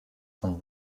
von